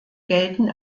gelten